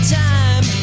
time